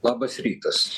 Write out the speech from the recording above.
labas rytas